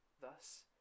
Thus